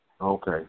Okay